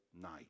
night